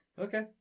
Okay